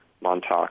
Montauk